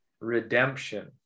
redemption